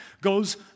goes